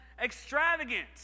extravagant